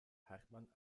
hartmann